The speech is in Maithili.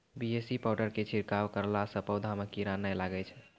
बी.ए.सी पाउडर के छिड़काव करला से पौधा मे कीड़ा नैय लागै छै?